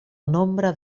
nombre